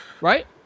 Right